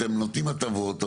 אתם נותנים הטבות,